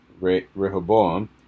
Rehoboam